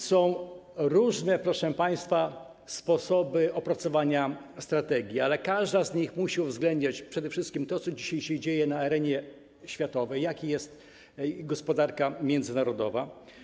Są różne, proszę państwa, sposoby opracowywania strategii, ale każda z nich musi uwzględniać przede wszystkim to, co dzisiaj dzieje się na arenie światowej, jaka jest gospodarka międzynarodowa.